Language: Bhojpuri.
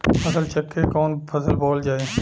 फसल चेकं से कवन फसल बोवल जाई?